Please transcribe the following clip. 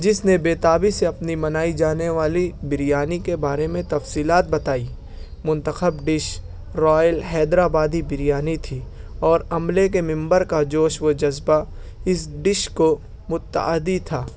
جس نے بیتابی سے اپنی بنائی جانے والی بریانی کے بارے میں تفصیلات بتائی منتخب dish royal Hyderabadi biryani تھی اور عملے کے ممبر کا جوش وجذبہ اس ڈش کو متعدی تھا